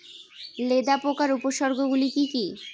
লেদা পোকার উপসর্গগুলি কি কি?